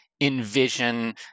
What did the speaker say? envision